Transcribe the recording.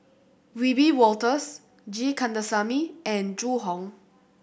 Wiebe Wolters G Kandasamy and Zhu Hong